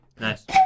nice